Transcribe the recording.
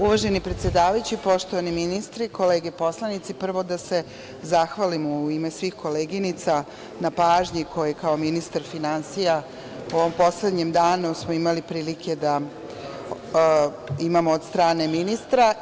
Uvaženi predsedavajući, poštovani ministri, kolege poslanici, prvo da se zahvalim u ime svih koleginica na pažnji koju smo u ovom poslednjem danu imali prilike da imamo od strane ministra.